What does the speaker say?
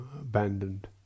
abandoned